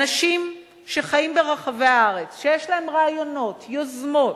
אנשים שחיים ברחבי הארץ, שיש להם רעיונות, יוזמות,